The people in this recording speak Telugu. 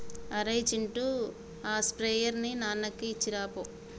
అరేయ్ చింటూ ఆ స్ప్రేయర్ ని నాన్నకి ఇచ్చిరాపో